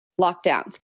lockdowns